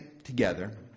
together